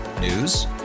News